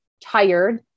tired